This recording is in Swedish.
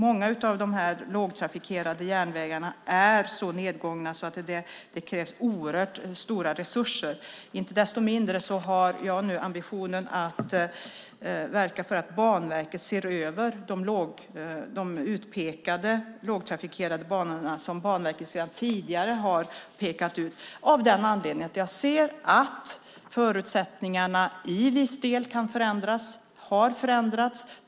Många av de här lågtrafikerade järnvägarna är så nedgångna att det krävs oerhört stora resurser. Inte desto mindre har jag nu ambitionen att verka för att Banverket ser över de utpekade lågtrafikerade banorna, som Banverket sedan tidigare har pekat ut, av den anledningen att jag ser att förutsättningarna till viss del kan förändras och har förändrats.